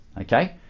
okay